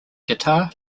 guitar